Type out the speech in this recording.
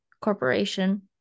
corporation